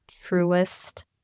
truest